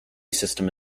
system